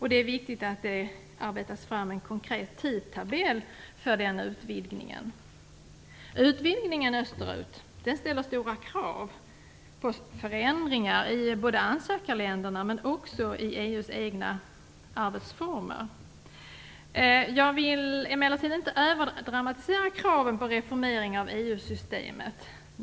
Det är viktigt att en konkret tidtabell arbetas fram för den här utvidgningen. Utvidgningen österut ställer stora krav på förändringar både i ansökarländerna och i EU:s egna arbetsformer. Jag vill emellertid inte överdramatisera kraven på en reformering av EU-systemet.